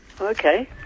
Okay